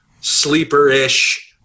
sleeper-ish